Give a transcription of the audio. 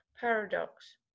Paradox